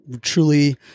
truly